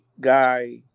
guy